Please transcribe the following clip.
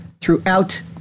throughout